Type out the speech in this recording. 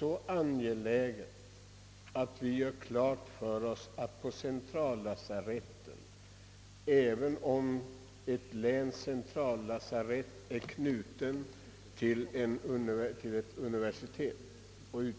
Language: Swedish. Vi måste göra klart för oss att det för sjukvårdens huvudmän är nödvändigt att få överläkartjänsterna tillsatta med läkare, som har utbildats